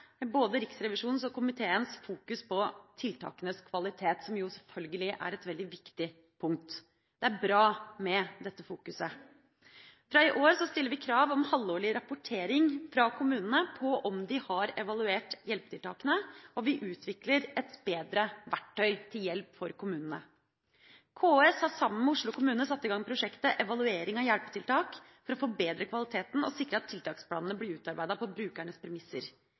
både Riksrevisjonen og komiteen fokuserer på tiltakenes kvalitet, som jo selvfølgelig er et veldig viktig punkt. Det er bra med dette fokuset. Fra i år stiller vi krav om halvårlig rapportering fra kommunene på om de har evaluert hjelpetiltakene, og vi utvikler et bedre verktøy til hjelp for kommunene. KS har sammen med Oslo kommune satt i gang prosjektet Evaluering av hjelpetiltak for å forbedre kvaliteten og sikre at tiltaksplanene blir utarbeidet på brukernes premisser.